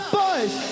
boys